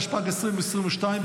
התשפ"ג 2022,